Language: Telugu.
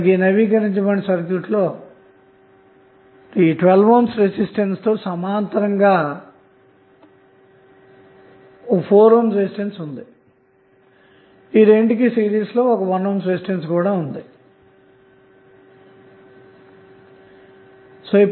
అప్డేటెడ్ సర్క్యూట్ లో మనకు 12 ohm రెసిస్టెన్స్ తో సమాంతరంగా 4 ohm రెసిస్టెన్స్ కలవు వీటికి సిరీస్ లో ఒక 1 ohm రెసిస్టెన్స్ కూడా కలదు